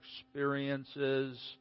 experiences